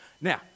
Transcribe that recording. Now